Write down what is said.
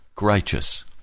righteous